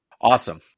Awesome